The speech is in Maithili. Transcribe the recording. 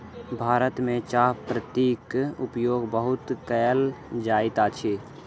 भारत में चाह पत्तीक उपयोग बहुत कयल जाइत अछि